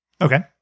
Okay